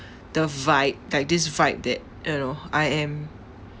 the vibe like this vibe that you know I am